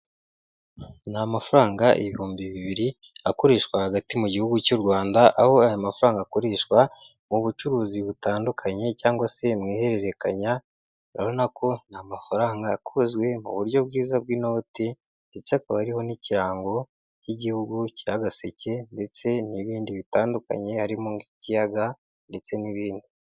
Ni amafaranga ibihumbi bibiri akoreshwa hagati mu gihugu cy'u Rwanda, aho aya mafaranga akoreshwa mu bucuruzi butandukanye cyangwa se mu ihererekanya, urabona ko ni amafaranga yakozwe mu buryo bwiza bw'inoti ndetse akaba ariho n'ikirango k'igihugu cya gaseke ndetse n'ibindi bitandukanye, harimo nk'ikiyaga ndetse n'ibindi.